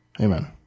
Amen